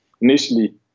initially